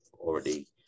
already